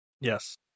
Yes